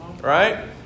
Right